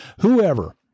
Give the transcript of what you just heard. whoever